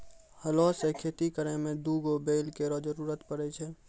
हलो सें खेती करै में दू गो बैल केरो जरूरत पड़ै छै